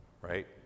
Right